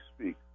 speak